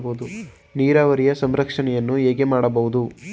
ನೀರಾವರಿಯ ಸಂರಕ್ಷಣೆಯನ್ನು ಹೇಗೆ ಮಾಡಬಹುದು?